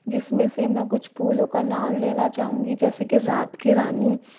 जिसमें से मैं कुछ फूलों का नाम लेना चाहूंगी जैसे की रात की रानी